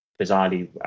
bizarrely